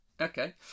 Okay